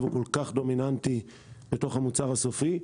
הוא כל כך דומיננטי בתוך המוצר הסופי.